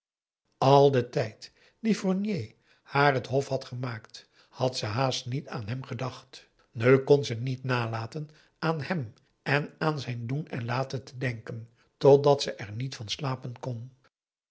al den tijd dien fournier haar het hof had gemaakt had ze haast niet aan hem gedacht nu kon ze niet nalaten aan hem en aan zijn doen en laten te denken totdat ze er niet van slapen kon